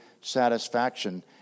satisfaction